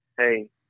hey